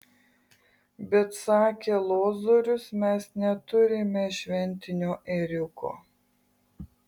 bet sakė lozorius mes neturime šventinio ėriuko